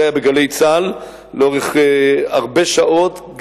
זה היה ב"גלי צה"ל" לאורך הרבה שעות,